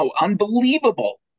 Unbelievable